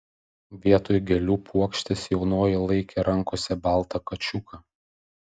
vietoj gėlių puokštės jaunoji laikė rankose baltą kačiuką